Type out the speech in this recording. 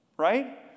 Right